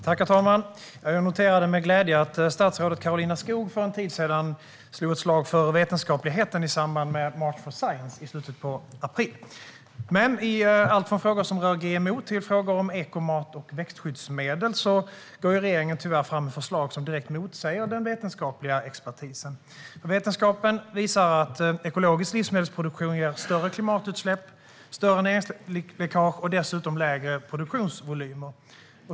Herr talman! Jag noterade med glädje att statsrådet Karolina Skog slog ett slag för vetenskapligheten i samband med March for Science i slutet av april. Men i allt från frågor som rör GMO till frågor om ekomat och växtskyddsmedel går regeringen tyvärr fram med förslag som direkt motsäger den vetenskapliga expertisen. Vetenskapen visar att ekologisk livsmedelsproduktion ger större klimatutsläpp och näringsläckage och dessutom lägre produktionsvolymer.